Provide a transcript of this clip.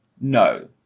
No